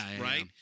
right